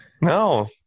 No